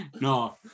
no